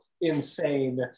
insane